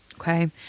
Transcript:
Okay